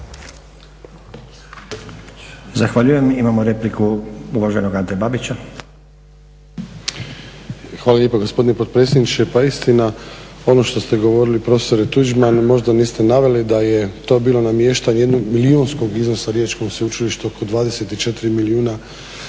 Zahvaljujem. Imamo repliku uvaženog Ante Babića. **Babić, Ante (HDZ)** Hvala lijepa gospodine potpredsjedniče. Pa istina, ono što ste govorili prof. Tuđman, možda niste naveli da je to bilo namještanje jednog milijunskog iznosa Riječkog sveučilišta oko 24 milijuna